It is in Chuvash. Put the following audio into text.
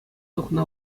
тухнӑ